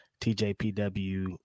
tjpw